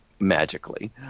Magically